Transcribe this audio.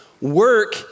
work